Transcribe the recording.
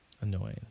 Annoying